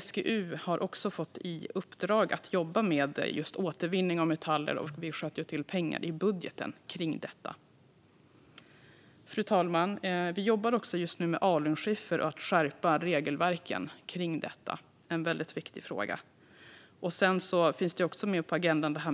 SGU har fått i uppdrag att jobba med just återvinning av metaller, och vi sköt till pengar i budgeten för detta. Fru talman! Vi jobbar också just nu med alunskiffer och att skärpa regelverken kring detta. Det är en väldigt viktig fråga.